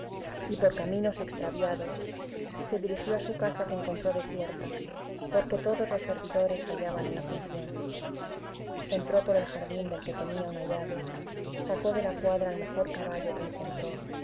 y por caminos extraviados se dirigió a su casa que encontró desierta porque todos los servidores se hallaban en la función entró por el jardín del que tenía una llave sacó de la cuadra el mejor caballo que encontró